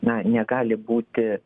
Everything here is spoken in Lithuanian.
na negali būti